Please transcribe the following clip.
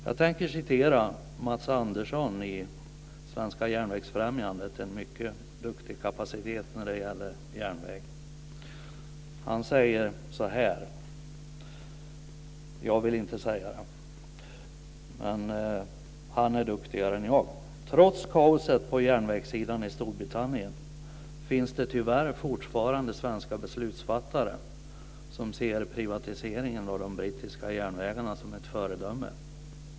Jag tänker citera Mats Andersson i Svenska järnvägsfrämjandet - en mycket duktig kapacitet när det gäller järnväg. Jag vill inte säga det han säger, men han är duktigare än jag: "Trots kaoset på järnvägssidan i Storbritannien finns det tyvärr fortfarande svenska beslutsfattare som ser privatiseringen av de brittiska järnvägarna som ett föredöme."